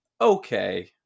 Okay